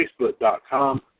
facebook.com